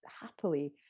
happily